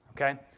Okay